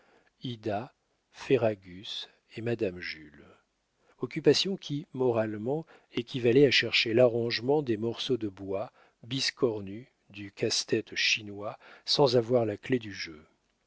ferragus et madame jules occupation qui moralement équivalait à chercher l'arrangement des morceaux de bois biscornus du casse-tête chinois sans avoir la clef du jeu